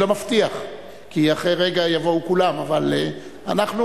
אני לא מבטיח שאחרי רגע יבואו כולם, אבל אנחנו